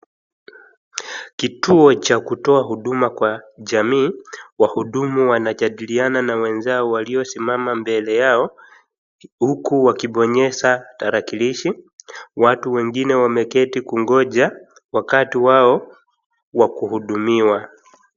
Kituo cha kutoa huduma kwa jamii, wahudumu wanajadiliana na wenzao waliosimama mbele yao, huku wakibonyeza tarakilishi, watu wengine wameketi kungoja wakati wao wa kuhudumiwa.